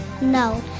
No